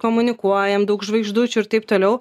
komunikuojam daug žvaigždučių ir taip toliau